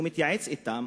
הוא מתייעץ אתן,